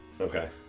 Okay